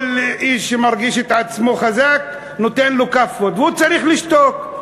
כל איש שמרגיש את עצמו חזק נותן לו כאפות והוא צריך לשתוק.